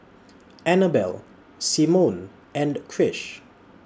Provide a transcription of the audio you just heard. Annabell Simone and Krish